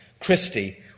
Christie